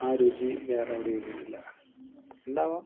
ആ രുചി വേറെവിടെയും കിട്ടില്ല ഉണ്ടാകാം